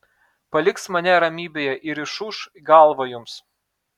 paliks mane ramybėje ir išūš galvą jums